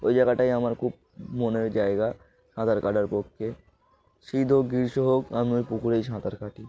ওই জায়গাটাই আমার খুব মনের জায়গা সাঁতার কাটার পক্ষে শীত হোক গ্রীষ্ম হোক আমি ওই পুকুরেই সাঁতার কাটি